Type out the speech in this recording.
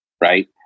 right